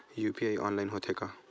UPI online होथे का?